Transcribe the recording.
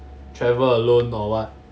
travel alone or what